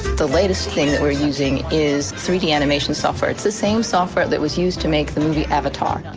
the latest thing that we're using is three d animation software. it's the same software that was used to make the movie avatar,